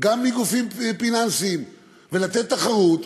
גם לגופים פיננסיים ולתת תחרות,